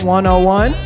101